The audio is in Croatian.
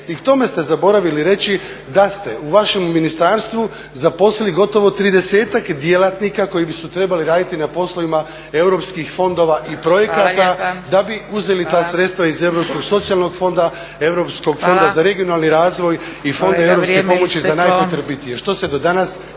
i k tome ste zaboravili reći da ste u vašem ministarstvu zaposlili gotovo tridesetak djelatnika koji su trebali raditi na poslovima europskih fondova i projekata … …/Upadica Zgrebec: Hvala lijepa./… … da bi uzeli ta sredstva iz Europskog socijalnog fonda, Europskog fonda za regionalni razvoj i Fonda europske pomoći za … …/Upadica Zgrebec: Hvala.